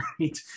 right